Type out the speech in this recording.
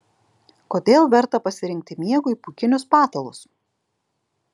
kodėl verta pasirinkti miegui pūkinius patalus